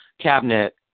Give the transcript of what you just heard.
Cabinet